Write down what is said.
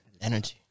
Energy